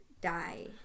die